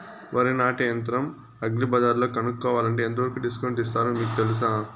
వరి నాటే యంత్రం అగ్రి బజార్లో కొనుక్కోవాలంటే ఎంతవరకు డిస్కౌంట్ ఇస్తారు మీకు తెలుసా?